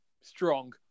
strong